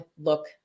look